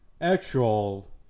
actual